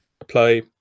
apply